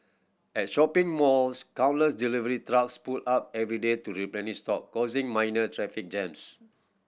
at shopping malls countless delivery trucks pull up every day to replenish stock causing minor traffic jams